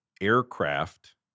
aircraft